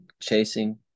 chasing